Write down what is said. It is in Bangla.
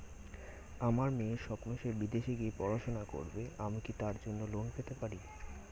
আমার মেয়ের স্বপ্ন সে বিদেশে গিয়ে পড়াশোনা করবে আমি কি তার জন্য লোন পেতে পারি?